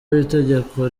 w’itegeko